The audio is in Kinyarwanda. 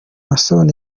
naason